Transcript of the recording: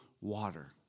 water